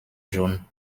jaune